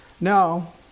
Now